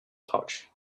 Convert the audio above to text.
pouch